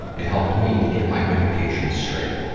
it helped me to get my medication straight.